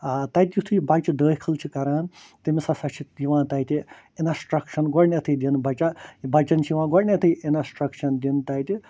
آ تتہِ یُتھے بَچہِ دٲخل چھِ کَران تٔمِس ہَسا چھِ یِوان تتہِ اِنَسٹرکشَن گۄڈنٮ۪تھٕےدِنہٕ بَچا بَچَن چھِ یِوان گۄڈنٮ۪تھٕے اِنَسٹرکشَن دِنہٕ تتہِ